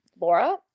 laura